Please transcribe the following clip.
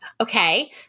Okay